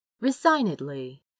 resignedly